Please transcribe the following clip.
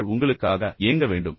அவர்கள் உங்களுக்காக ஏங்க வேண்டும்